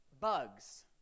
bugs